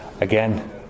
again